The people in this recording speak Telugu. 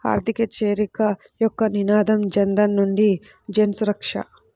ఆర్థిక చేరిక యొక్క నినాదం జనధన్ నుండి జన్సురక్ష